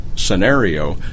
Scenario